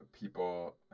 people